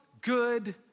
good